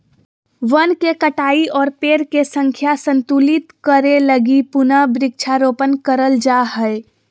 वन के कटाई और पेड़ के संख्या संतुलित करे लगी पुनः वृक्षारोपण करल जा हय